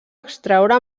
extraure